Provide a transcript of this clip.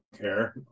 care